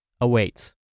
awaits